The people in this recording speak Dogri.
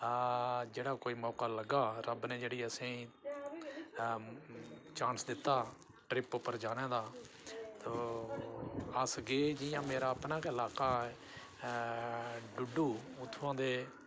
जेह्ड़ा कोई मौका लग्गा रब्ब ने जेह्ड़ी असेंगी चांस दित्ता ट्रिप उप्पर जाने दा तो अस गे जियां मेरा अपना गै लाह्का ऐ डुड्डू उत्थूं दे